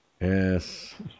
Yes